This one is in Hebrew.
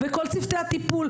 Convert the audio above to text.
וכל צוותי הטיפול,